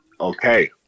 okay